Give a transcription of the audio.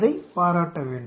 அதைப் பாராட்ட வேண்டும்